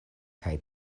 kaj